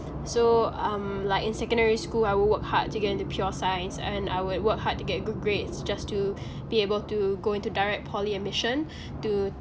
so um like in secondary school I will work hard to get into pure science and I will like work hard to get good grades just to be able to go into direct poly admission to